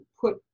put